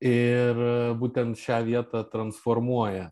ir būtent šią vietą transformuoja